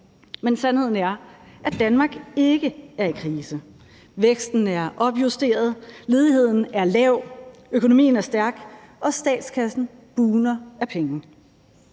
Men sandheden er, at Danmark ikke er i krise. Væksten er opjusteret. Ledigheden er lav. Økonomien er stærk, og statskassen bugner af penge.